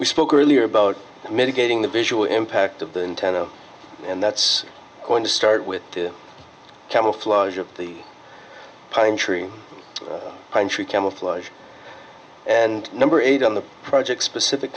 we spoke earlier about mitigating the visual impact of the intent of and that's going to start with to camouflage of the pine tree pine tree camouflage and number eight on the project specific